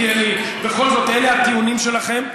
כי בכל זאת אלה הטיעונים שלכם.